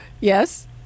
Yes